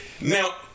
Now